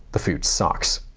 the food sucks.